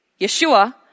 Yeshua